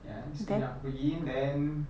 ya hari isnin nak pergi then